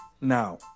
now